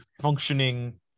functioning